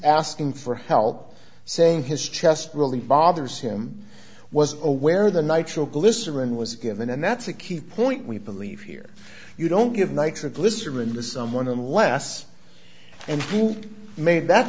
asking for help saying his chest really bothers him was aware the nitroglycerin was given and that's a key point we believe here you don't give nitroglycerin to someone unless and you made that